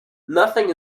nothing